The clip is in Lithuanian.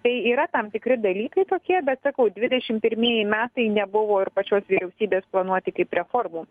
tai yra tam tikri dalykai tokie bet sakau dvidešim pirmieji metai nebuvo ir pačios vyriausybės planuoti kaip reformų